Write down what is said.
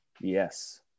Yes